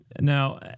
Now